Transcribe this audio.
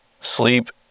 sleep